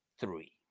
three